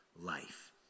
life